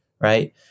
right